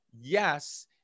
Yes